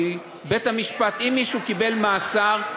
כי אם מישהו קיבל מאסר,